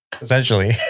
essentially